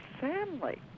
family